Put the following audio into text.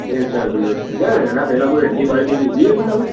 બે ચાર દિવસથી છે ને એનાં પહેલાં કોઈ એન્ટિબાયોટિક લીધી હતી તમે